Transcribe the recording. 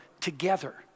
together